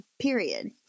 period